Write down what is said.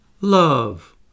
love